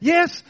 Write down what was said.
Yes